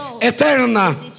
eterna